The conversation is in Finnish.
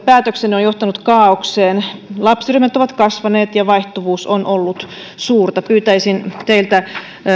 päätöksenne on johtanut kaaokseen lapsiryhmät ovat kasvaneet ja vaihtuvuus on ollut suurta pyytäisin teiltä